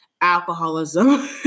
alcoholism